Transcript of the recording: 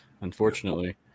unfortunately